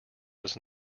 was